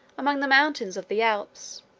among the mountains of the alps,